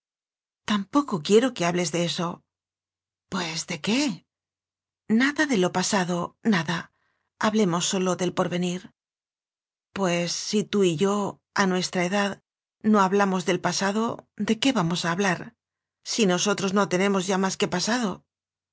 tampoco quiero que hables de eso pues de qué nada de lo pasado nada hablemos sólo del porvenir pues si tú y yo a nuestra edad no ha blamos del pasado de que vamos a hablar si nosotros no tenemos ya más que pasadol